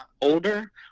older